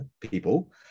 people